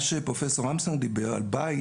מה שפרופסור אמסטר דיבר על בית,